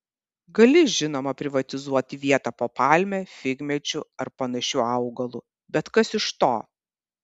gali žinoma privatizuoti vietą po palme figmedžiu ar panašiu augalu bet kas iš to